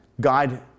God